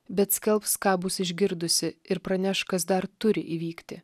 bet skelbs ką bus išgirdusi ir praneš kas dar turi įvykti